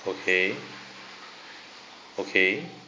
okay okay